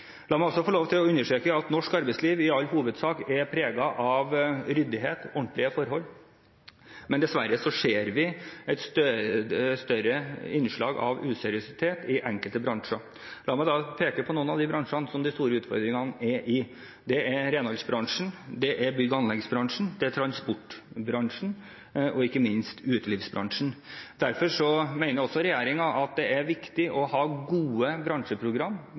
La meg få lov til å understreke at norsk arbeidsliv i all hovedsak er preget av ryddighet og ordentlige forhold, men dessverre ser vi et større innslag av useriøsitet i enkelte bransjer. La meg peke på noen av de bransjene som har store utfordringer. Det er renholdsbransjen, det er bygg- og anleggsbransjen, det er transportbransjen, og ikke minst er det utelivsbransjen. Derfor mener regjeringen at det er viktig å ha gode